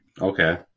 Okay